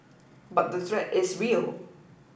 but the threat is real